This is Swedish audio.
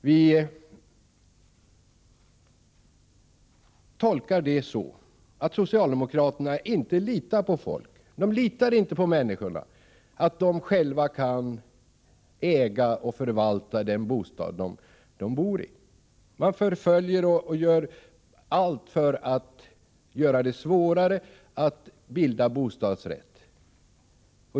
Vi tolkar det så att socialdemokraterna inte litar på att människor själva kan äga och förvalta den bostad som de bor i. Man förföljer och gör allt för att göra det svårare att bilda bostadsrätter.